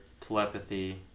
telepathy